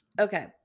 Okay